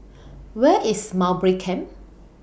Where IS Mowbray Camp